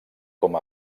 com